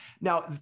Now